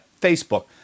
Facebook